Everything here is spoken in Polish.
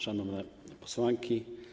Szanowne Posłanki!